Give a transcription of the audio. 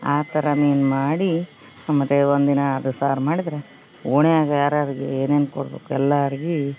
ಆ ಥರ ಮೀನು ಮಾಡಿ ಮತ್ತು ಒಂದಿನ ಅದು ಸಾರು ಮಾಡಿದರೆ ಓಣ್ಯಾಗ ಯಾರ್ಯಾರಿಗೆ ಏನೇನು ಕೊಡ್ಬೇಕು ಎಲ್ಲಾರ್ಗಿ